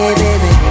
baby